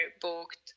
booked